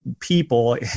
people